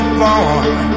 born